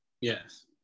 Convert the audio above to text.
Yes